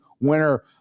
winner